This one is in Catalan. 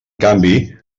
canvi